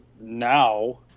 now